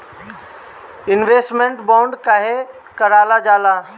Investment bond काहे कारल जाला?